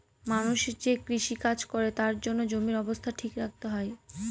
মানুষ যে কৃষি কাজ করে তার জন্য জমির অবস্থা ঠিক রাখতে হয়